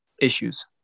issues